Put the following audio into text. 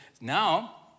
now